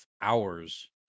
hours